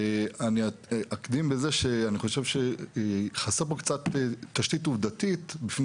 אני אקדים בזה שאני חושב שחסר פה קצת תשתית עובדתית בפני